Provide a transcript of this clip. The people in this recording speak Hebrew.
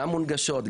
גם מונגשות,